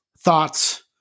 thoughts